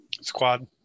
Squad